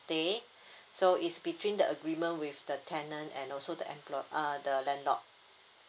stay so it's between the agreement with the tenant and also the emplo~ uh the landlord